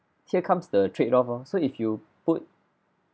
here comes the trade off lor so if you put